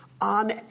on